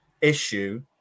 issue